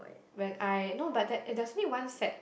when I no but there there's only one set